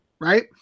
right